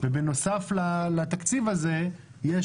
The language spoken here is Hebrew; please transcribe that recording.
ובנוסף לתקציב הזה יש